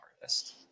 artist